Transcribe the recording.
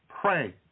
Pray